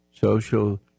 Social